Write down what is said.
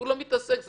הוא לא מתעסק בזה,